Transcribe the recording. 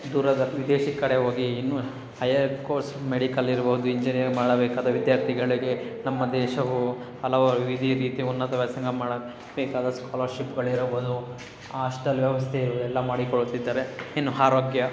ದೂರದ ವಿದೇಶಿ ಕಡೆ ಹೋಗಿ ಇನ್ನೂ ಹೈಯರ್ ಕೋರ್ಸ್ ಮೆಡಿಕಲ್ ಇರ್ಬೋದು ಇಂಜಿನಿಯರ್ ಮಾಡಬೇಕಾದ ವಿದ್ಯಾರ್ಥಿಗಳಿಗೆ ನಮ್ಮ ದೇಶವು ಹಲವಾರು ವಿವಿಧ ರೀತಿಯ ಉನ್ನತ ವ್ಯಾಸಂಗ ಮಾಡಬೇಕಾದ ಸ್ಕಾಲರ್ಶಿಪ್ಗಳಿರಬೋದು ಆಸ್ಟೆಲ್ ವ್ಯವಸ್ಥೆ ಇವೆಲ್ಲ ಮಾಡಿಕೊಡುತ್ತಿದಾರೆ ಇನ್ನು ಆರೋಗ್ಯ